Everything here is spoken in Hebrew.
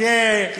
העיקר השקיפות.